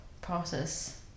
process